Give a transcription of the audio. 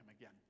again